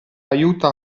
aiuta